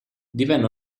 divenne